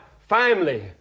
family